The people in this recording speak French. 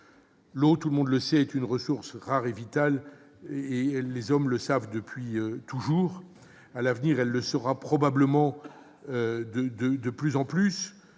l'eau. L'eau est une ressource rare et vitale- les hommes le savent depuis toujours ; à l'avenir, elle le sera probablement de plus en plus.